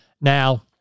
Now